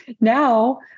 now